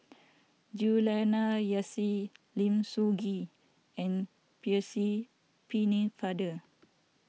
Juliana Yasin Lim Soo Ngee and Percy Pennefather